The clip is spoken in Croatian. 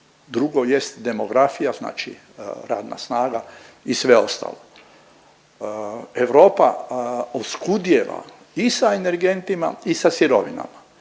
drugo jest demografija znači radna snaga i sve ostalo. Europa oskudijeva i sa energentima i sa sirovinama.